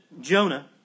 Jonah